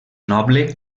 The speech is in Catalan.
noble